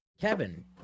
kevin